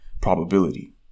probability